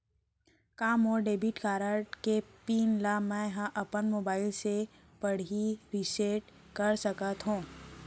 का मोर debit card के पिन ल मैं ह अपन मोबाइल से पड़ही रिसेट कर सकत हो?